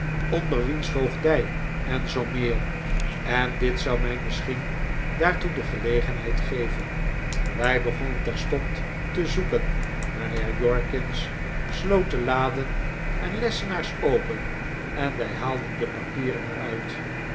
wiens voogdij en zoo meer en dit zou mij misschien daartoe de gelegenheid geven wij begonnen terstond te zoeken mijnheer jorkins sloot de laden en lessenaars open en wij haalden de papieren er